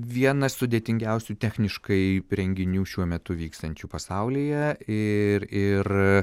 vienas sudėtingiausių techniškai renginių šiuo metu vykstančių pasaulyje ir ir